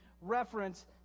reference